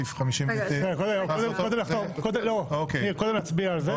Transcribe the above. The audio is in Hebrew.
ניר, קודם נצביע על זה.